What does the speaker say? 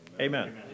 Amen